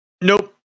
Nope